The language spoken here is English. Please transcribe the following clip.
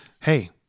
Hey